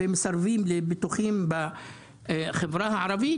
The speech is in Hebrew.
ומסרבים לביטוחים בחברה הערבית,